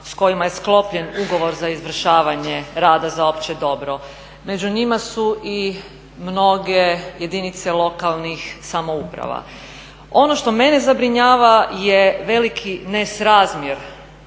s kojima je sklopljen ugovor za izvršavanje rada za opće dobro. Među njima su i mnoge jedinice lokalnih samouprava. Ono što mene zabrinjava je veliki nesrazmjer